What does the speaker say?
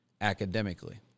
academically